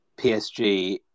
PSG